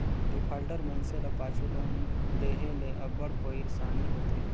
defaulter मइनसे ल पाछू लोन लेहे ले अब्बड़ पइरसानी होथे